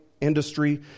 industry